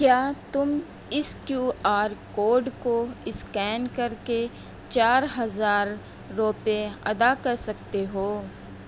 کیا تم اس کیو آر کوڈ کو اسکین کر کے چار ہزار روپے ادا کر سکتے ہو